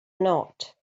not